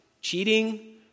cheating